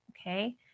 Okay